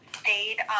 stayed